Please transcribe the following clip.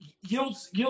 yields